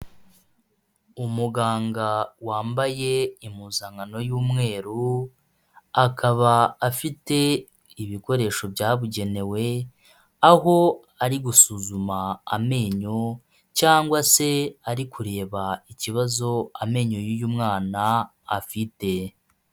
Umuganga wambaye impuzankano y'umweru, akaba afite ibikoresho byabugenewe, aho ari gusuzuma amenyo cyangwa se ari kureba ikibazo amenyo y'yu mwana afite.